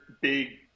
big